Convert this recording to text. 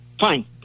Fine